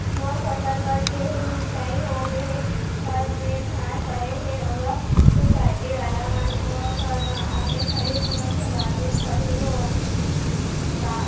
मोर फसल कट गे हे, मिंजाई हो गे हे, घर में धान परे हे, ओला सुसायटी वाला मन मोर घर म आके खरीद मध्यकालीन पड़ही का?